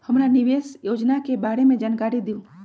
हमरा निवेस योजना के बारे में जानकारी दीउ?